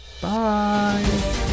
Bye